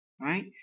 right